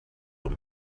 them